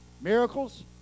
miracles